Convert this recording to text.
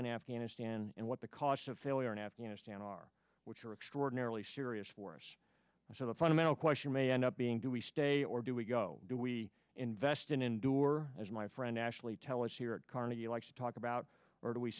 in afghanistan and what the costs of failure in afghanistan are which are extraordinarily serious for us and so the fundamental question may end up being do we stay or do we go do we invest in endure as my friend ashley tellis here at carnegie likes to talk about or do we